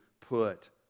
put